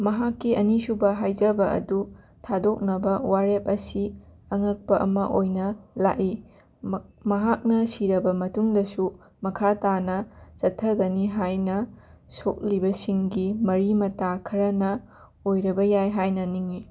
ꯃꯍꯥꯛꯀꯤ ꯑꯅꯤꯁꯨꯕ ꯍꯥꯏꯖꯕ ꯑꯗꯨ ꯊꯥꯗꯣꯛꯅꯕ ꯋꯥꯔꯦꯞ ꯑꯁꯤ ꯑꯉꯛꯄ ꯑꯃ ꯑꯣꯏꯅ ꯂꯥꯛꯏ ꯃꯍꯥꯛꯅ ꯁꯤꯔꯕ ꯃꯇꯨꯡꯗꯁꯨ ꯃꯈꯥ ꯇꯥꯅ ꯆꯠꯊꯒꯅꯤ ꯍꯥꯏꯅ ꯁꯣꯛꯂꯤꯕꯁꯤꯡꯒꯤ ꯃꯔꯤ ꯃꯇꯥ ꯈꯔꯅ ꯑꯣꯏꯔꯕ ꯌꯥꯏ ꯍꯥꯏꯅ ꯅꯤꯡꯉꯤ